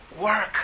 work